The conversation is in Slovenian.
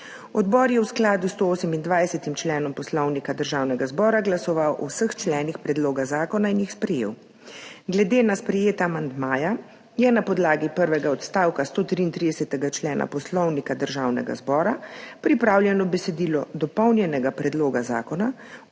Odbor je v skladu s 128. členom Poslovnika Državnega zbora glasoval o vseh členih predloga zakona in jih sprejel. Glede na sprejeta amandmaja je na podlagi prvega odstavka 133. člena Poslovnika Državnega zbora pripravljeno besedilo dopolnjenega predloga zakona,